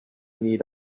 need